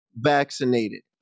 vaccinated